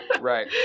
Right